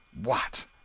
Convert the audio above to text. What